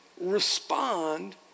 respond